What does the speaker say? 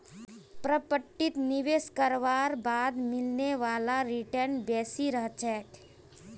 प्रॉपर्टीत निवेश करवार बाद मिलने वाला रीटर्न बेसी रह छेक